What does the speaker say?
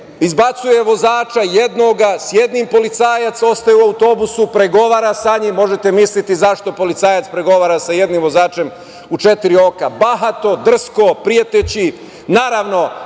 izbacuje vozača, jednoga, s jednim policajac ostaje u autobusu, pregovara sa njim. Možete misliti zašto policajac pregovara sa jednim vozačem u četiri oka, bahato, drsko, preteći. Naravno,